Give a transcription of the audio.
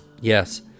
Yes